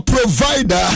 provider